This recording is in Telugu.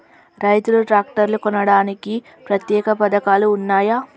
రైతులు ట్రాక్టర్లు కొనడానికి ప్రత్యేక పథకాలు ఉన్నయా?